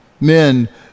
Men